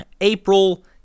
April